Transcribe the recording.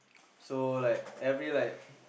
so like every like